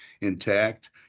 intact